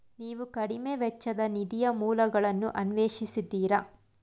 ನೀವು ಕಡಿಮೆ ವೆಚ್ಚದ ನಿಧಿಯ ಮೂಲಗಳನ್ನು ಅನ್ವೇಷಿಸಿದ್ದೀರಾ?